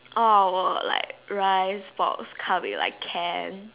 or like rice forks come in like can